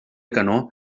canó